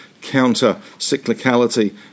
counter-cyclicality